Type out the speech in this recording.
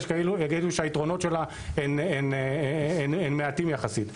יש כאלה שיגידו שהיתרונות שלה הם מעטים יחסים.